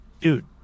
Dude